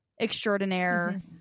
extraordinaire